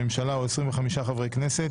הממשלה או 25 חברי כנסת